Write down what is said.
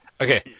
okay